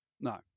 No